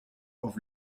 auf